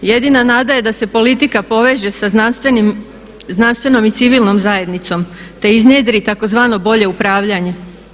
Jedina nada je da se politika poveže sa znanstvenom i civilnom zajednicom te iznjedri tako zvano bolje upravljanje.